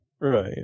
Right